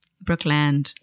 Brooklyn